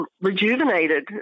rejuvenated